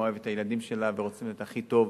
וכל אמא אוהבת את הילדים שלה ורוצה את הכי טוב,